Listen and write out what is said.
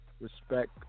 respect